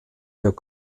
der